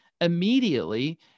immediately